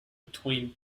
between